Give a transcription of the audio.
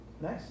Nice